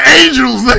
angels